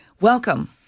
Welcome